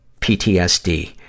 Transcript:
PTSD